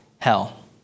hell